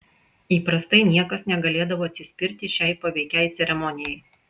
įprastai niekas negalėdavo atsispirti šiai paveikiai ceremonijai